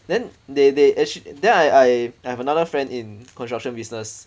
then they they actually then I I I have another friend in construction business